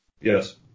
Yes